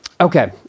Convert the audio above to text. okay